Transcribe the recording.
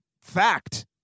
fact